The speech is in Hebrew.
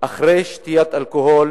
אחרי שתיית אלכוהול